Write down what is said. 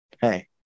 Hey